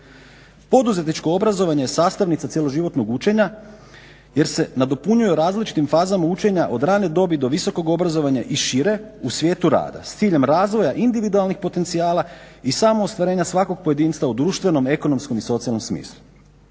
Poduzetničko obrazovanje je sastavnica cijeloživotnog učenja jer se nadopunjuje različitim fazama učenja od rane dobi do visokog obrazovanja i šire u svijetu rada s ciljem razvoja individualnih potencijala i samo ostvarenja svakog pojedinca u društvenom, ekonomskom i socijalnom smislu.